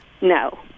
no